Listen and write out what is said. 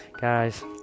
Guys